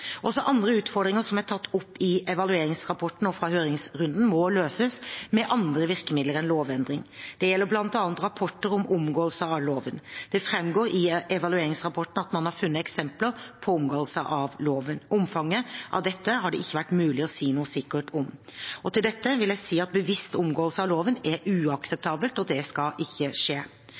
Også andre utfordringer som er tatt opp i evalueringsrapporten og fra høringsrunden, må løses med andre virkemidler enn lovendring. Det gjelder bl.a. rapporter om omgåelse av loven. Det framgår i evalueringsrapporten at man har funnet eksempler på omgåelse av loven. Omfanget av dette har det ikke vært mulig å si noe sikkert om. Til dette vil jeg si at bevisst omgåelse av loven er uakseptabelt og skal ikke skje.